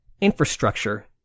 infrastructure